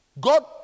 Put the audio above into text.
God